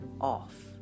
off